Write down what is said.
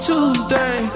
Tuesday